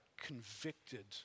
convicted